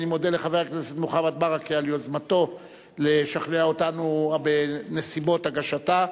אני מודה לחבר הכנסת מוחמד ברכה על יוזמתו לשכנע אותנו בנסיבות הגשתה.